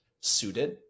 suited